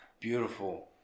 beautiful